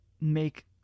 make